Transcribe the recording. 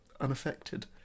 unaffected